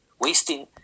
Wasting